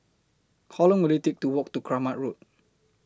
How Long Will IT Take to Walk to Kramat Road